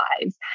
lives